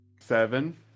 seven